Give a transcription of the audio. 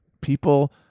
people